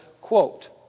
quote